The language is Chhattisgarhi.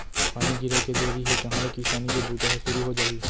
पानी गिरे के देरी हे तहॉं ले किसानी के बूता ह सुरू हो जाही